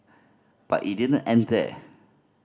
but it didn't end there